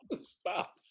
Stop